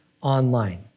online